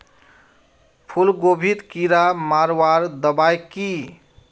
फूलगोभीत कीड़ा मारवार दबाई की?